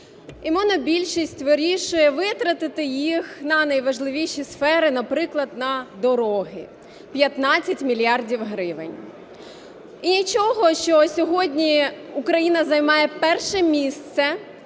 і монобільшість вирішує витратити їх на найважливіші сфери, наприклад, на дороги 15 мільярдів гривень. І нічого, що сьогодні Україна займає перше місце